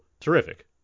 terrific